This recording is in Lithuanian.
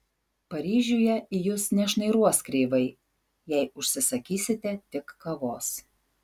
paryžiuje į jus nešnairuos kreivai jei užsisakysite tik kavos